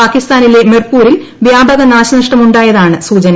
പാകിസ്ഥാനിലെ മിർപൂരിൽ വ്യാപക നാശനഷ്ടമുണ്ടായതാണ് സൂചന